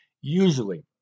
Usually